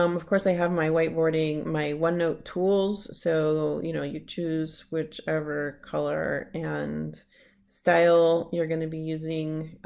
um of course i have my white boarding my onenote tools so you know you choose whichever color and style you're gonna be using